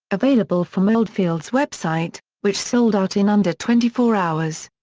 available from oldfield's website, which sold out in under twenty four hours.